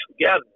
together